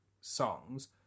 songs